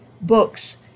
books